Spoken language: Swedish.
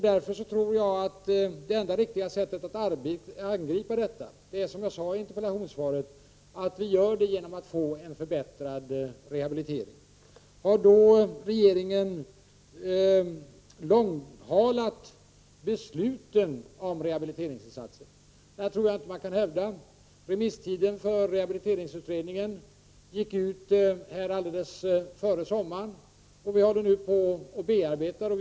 Därför tror jag att det enda riktiga sättet att angripa problemet med kostnadsökningarna är, som jag sade i interpellationssvaret, en förbättrad rehabilitering. Har då regeringen förhalat besluten om rehabiliteringsinsatser? Det tror jag inte att man kan hävda. Remisstiden för rehabiliteringsutredningens betänkande gick ut alldeles före sommaren, och vi håller nu på att bearbeta svaren.